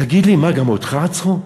תגיד לי, גם אותך עצרו?